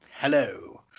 Hello